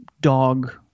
dog